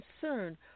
concern